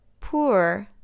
Poor